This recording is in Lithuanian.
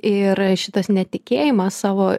ir šitas netikėjimas savo